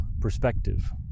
perspective